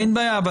אין בעיה.